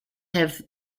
have